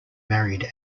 married